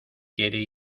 quiere